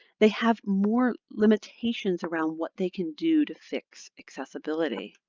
they have more limitations around what they can do to fix accessibility.